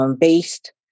Based